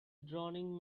drowning